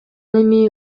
эми